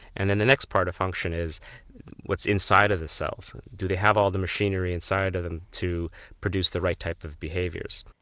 and and the next part of function is what's inside of the cells, do they have all the machinery inside of them to produce the right type of behaviours.